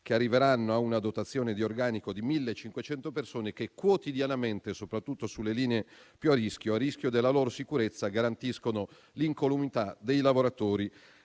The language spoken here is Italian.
che arriveranno a una dotazione di organico di 1.500 persone che quotidianamente, soprattutto sulle linee più critiche, a rischio della propria sicurezza, garantiscono l'incolumità di lavoratori